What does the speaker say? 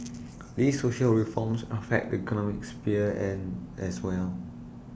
these social reforms affect economic sphere and as well